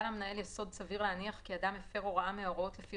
היה למנהל יסוד סביר להניח כי אדם הפר הוראה מההוראות לפי